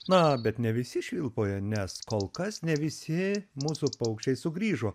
na bet ne visi švilpauja nes kol kas ne visi mūsų paukščiai sugrįžo